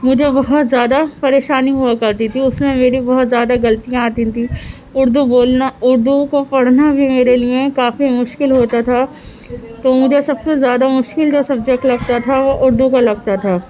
مجھے بہت زیادہ پریشانی ہوا کرتی تھی اس میں میری بہت زیادہ غلطیاں آتی تھیں اردو بولنا اردو کو پڑھنا بھی میرے لیے کافی مشکل ہوتا تھا تو مجھے سب سے زیادہ مشکل جو سبجیکٹ لگتا تھا وہ اردو کا لگتا تھا